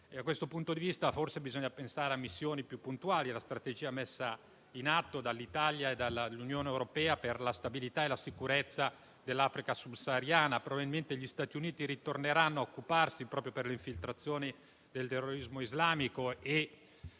Da questo punto di vista, forse, bisogna pensare a missioni più puntuali e alla strategia messa in atto dall'Italia e dall'Unione europea, per la stabilità e la sicurezza dell'Africa subsahariana. Probabilmente gli Stati Uniti torneranno a occuparsene, proprio per le infiltrazioni del terrorismo islamico,